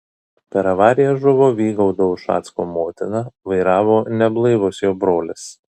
per avariją žuvo vygaudo ušacko motina vairavo neblaivus jo brolis